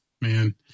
man